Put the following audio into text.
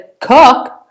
cook